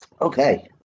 Okay